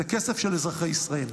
זה כסף של אזרחי ישראל.